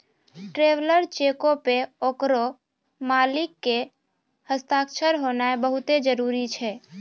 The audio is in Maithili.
ट्रैवलर चेको पे ओकरो मालिक के हस्ताक्षर होनाय बहुते जरुरी छै